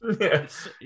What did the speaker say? yes